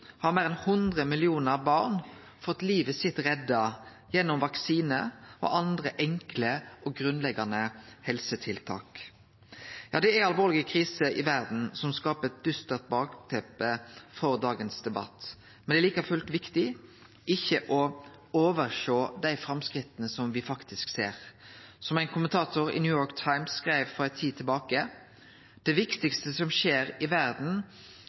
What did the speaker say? har meir enn 100 millionar barneliv blitt redda gjennom vaksiner og andre enkle og grunnleggjande helsetiltak. Det er alvorlege kriser i verda som skaper eit dystert bakteppe for debatten i dag, men det er like fullt viktig ikkje å sjå bort frå dei framstega som me faktisk ser. Som ein kommentator i New York Times skreiv for ei tid tilbake: Det viktigaste som skjer i verda